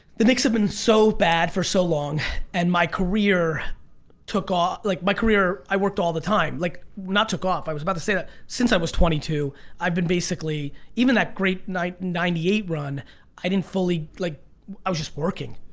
the knicks have been so bad for so long and my career took off like my career i worked all the time like not took off i was about to say that since i was twenty two i've been basically even that great night ninety eight run i didn't fully like i was just working.